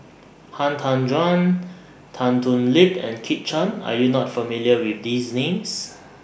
Han Tan Juan Tan Thoon Lip and Kit Chan Are YOU not familiar with These Names